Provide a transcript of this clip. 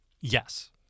Yes